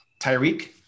Tyreek